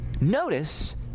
Notice